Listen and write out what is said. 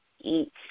eat